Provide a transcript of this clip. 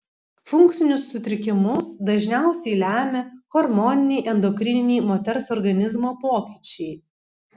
funkcinius sutrikimus dažniausiai lemia hormoniniai endokrininiai moters organizmo pokyčiai